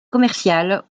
commercial